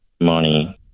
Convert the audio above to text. money